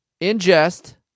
ingest